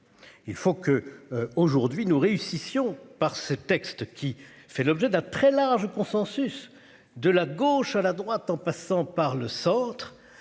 Il faut que aujourd'hui nous réussissions par ce texte qui fait l'objet d'un très large consensus de la gauche à la droite en passant par le Centre